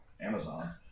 Amazon